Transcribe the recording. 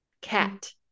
cat